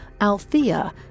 althea